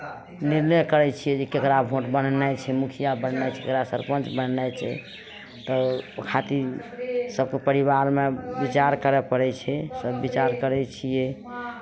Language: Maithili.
निर्णय करै छियै जे ककरा भोट बननाइ छै मुखिया बननाइ छै ककरा सरपञ्च बननाइ छै तऽ ओ ओ खातिर सभकेँ परिवारमे विचार करय पड़ै छै सभ विचार करै छियै